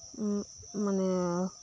ᱢᱟᱱᱮ